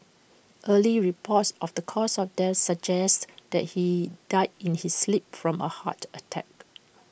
early reports of the cause of death suggests that he died in his sleep from A heart attack